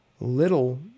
little